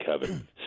Kevin